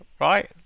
right